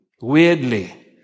weirdly